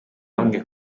bamwe